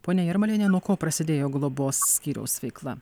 ponia jarmaliene nuo ko prasidėjo globos skyriaus veikla